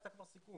היה כבר סיכום.